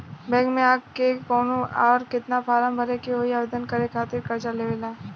Bank मे आ के कौन और केतना फारम भरे के होयी आवेदन करे के खातिर कर्जा लेवे ला?